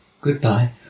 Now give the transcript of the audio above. goodbye